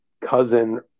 Cousin